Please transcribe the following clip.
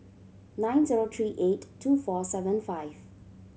nine zero three eight two four seven five